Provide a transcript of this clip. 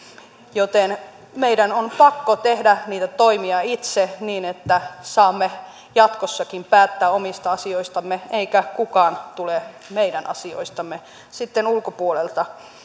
joten meidän on pakko tehdä niitä toimia itse niin että saamme jatkossakin päättää omista asioistamme eikä kukaan tule meidän asioistamme sitten ulkopuolelta